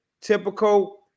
typical